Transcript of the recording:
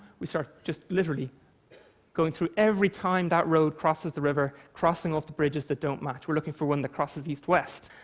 we start just literally going through every time that road crosses the river, crossing off the bridges that don't match. we're looking for one that crosses east-west.